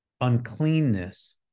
uncleanness